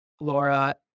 Laura